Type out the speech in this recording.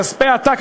כספי עתק.